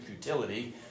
futility